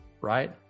right